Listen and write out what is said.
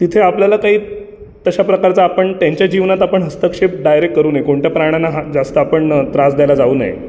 तिथे आपल्याला काही तशा प्रकारचं आपण त्यांच्या जीवनात आपण हस्तक्षेप डायरेक् करू नये कोणत्या प्राण्यांना हात जास्त आपण त्रास द्यायला जाऊ नये